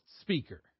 speaker